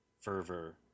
fervor